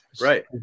right